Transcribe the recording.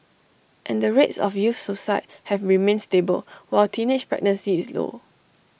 and the rates of youth suicide have remained stable while teenage pregnancy is low